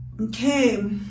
okay